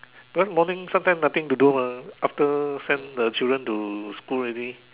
because morning sometimes nothing to do mah after send the children to school already